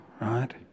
right